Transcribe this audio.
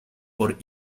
por